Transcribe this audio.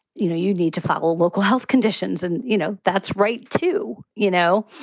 you know, you need to follow local health conditions. and, you know, that's right to you know,